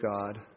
God